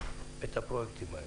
את הפרויקטים האלה.